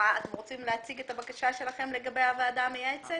אתם רוצים להציג את הבקשה שלכם לגבי הוועדה המייעצת?